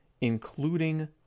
including